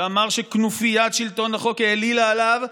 שאמר שכנופיית שלטון החוק העלילה עליו,